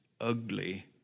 ugly